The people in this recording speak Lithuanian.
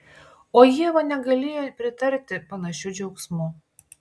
o ieva negalėjo pritarti panašiu džiaugsmu